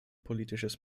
politisches